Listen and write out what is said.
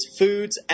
foods